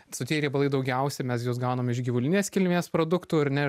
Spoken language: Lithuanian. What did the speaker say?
sotieji riebalai daugiausia mes juos gaunam iš gyvulinės kilmės produktų ar ne